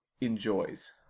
enjoys